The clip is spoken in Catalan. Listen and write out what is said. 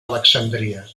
alexandria